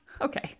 okay